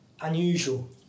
Unusual